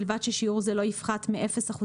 ובלבד ששיעור זה לא יפחת מ-0%,